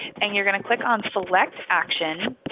and you're going to click on select action